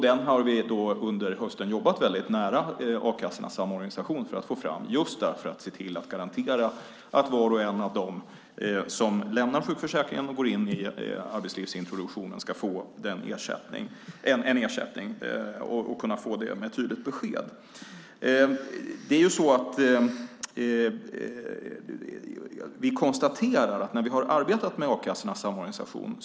Den har vi under hösten jobbat nära Arbetslöshetskassornas Samorganisation med för att få fram, just för att garantera att var och en av dem som lämnar sjukförsäkringen och går in i arbetslivsintroduktionen ska få en ersättning med tydligt besked. Vi konstaterar att schablonberäkningen bygger på ett förslag från Arbetslöshetskassornas Samorganisation.